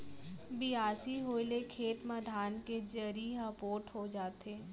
बियासी होए ले खेत म धान के जरी ह पोठ हो जाथे